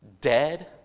dead